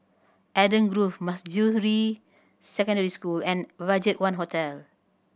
Eden Grove Manjusri Secondary School and BudgetOne Hotel